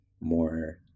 more